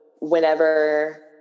whenever